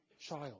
child